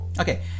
Okay